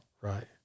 Right